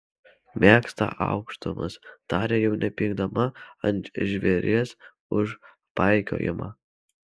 mėgsta aukštumas tarė jau nepykdama ant žvėries už paikiojimą